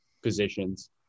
positions